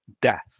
Death